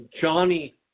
Johnny